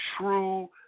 true